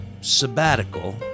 sabbatical